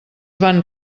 van